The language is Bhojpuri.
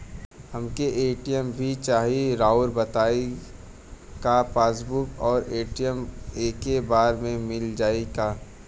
हमके ए.टी.एम भी चाही राउर बताई का पासबुक और ए.टी.एम एके बार में मील जाई का?